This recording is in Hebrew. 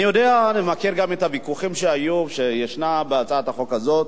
אני יודע ואני מכיר את הוויכוחים שהיו וישנם על הצעת החוק הזאת.